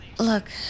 Look